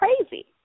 crazy